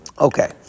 Okay